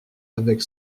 avec